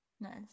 Nice